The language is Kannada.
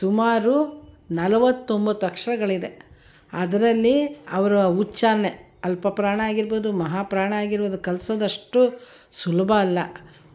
ಸುಮಾರು ನಲವತ್ತೊಂಬತ್ತು ಅಕ್ಷರಗಳಿದೆ ಅದರಲ್ಲಿ ಅವರ ಉಚ್ಛಾರಣೆ ಅಲ್ಪಪ್ರಾಣ ಆಗಿರ್ಬೋದು ಮಹಾಪ್ರಾಣ ಆಗಿರ್ಬೋದು ಕಲಿಸೋದಷ್ಟು ಸುಲಭ ಅಲ್ಲ